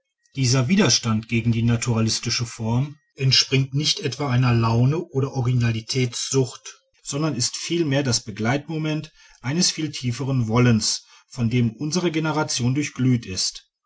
dieser widerstand gegen die naturalistische form entspringt nicht etwa einer laune oder originalitätssucht sondern ist vielmehr das begleitmoment eines viel tieferen wollens von dem unsere generation durchglüht ist